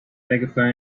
megaphone